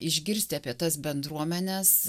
išgirsti apie tas bendruomenes